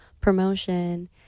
promotion